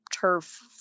turf